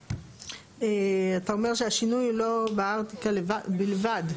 אתה אומר שהשינוי הוא לא בארטיקל בלבד.